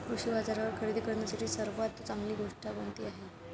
कृषी बाजारावर खरेदी करण्यासाठी सर्वात चांगली गोष्ट कोणती आहे?